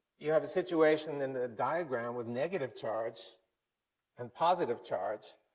you have a situation in the diagram with negative charge and positive charge,